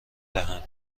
دهند